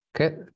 Okay